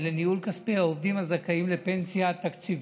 לניהול כספי העובדים הזכאים לפנסיה תקציבית.